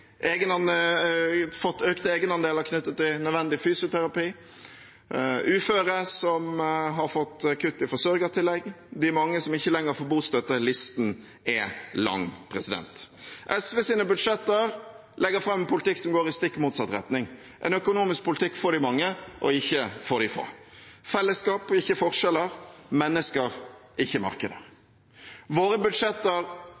fått økte egenandeler knyttet til nødvendig fysioterapi, uføre som har fått kutt i forsørgertillegg, eller de mange som ikke lenger får bostøtte. Listen er lang. SVs budsjetter legger fram en politikk som går i stikk motsatt retning: en økonomisk politikk for de mange, – ikke for de få, fellesskap, ikke forskjeller, mennesker, ikke